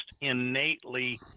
innately